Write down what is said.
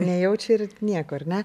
nejaučia ir nieko ar ne